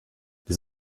les